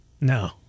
No